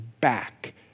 back